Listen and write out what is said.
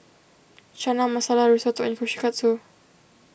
Chana Masala Risotto and Kushikatsu